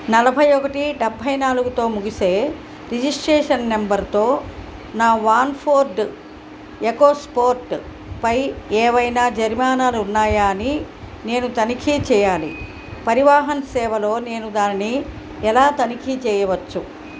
నలభై ఒకటి డబ్బై నాలుగుతో ముగిసే రిజిస్ట్రేషన్ నంబర్తో నా వాన్ ఫోర్డ్ ఎకోస్పోర్ట్పై ఏవైనా జరిమానాలు ఉన్నాయా అని నేను తనిఖీ చేయాలి పరివాహన్ సేవలో నేను దానిని ఎలా తనిఖీ చేయవచ్చు